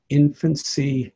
infancy